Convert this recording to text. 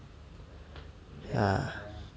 ya